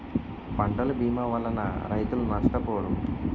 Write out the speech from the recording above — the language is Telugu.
పంటల భీమా వలన రైతులు నష్టపోరు